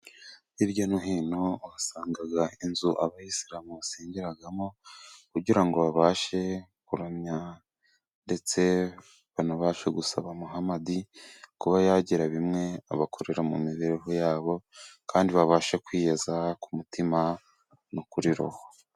Hirya no hino usanga inzu Abayisilamu basengeramo, ,kugira ngo babashe kuramya ndetse banabashe gusaba Muhamadi ,kuba yagira bimwe abakorera mu mibereho yabo ,kandi babashe kwiyeza ku mutima no kuri roho.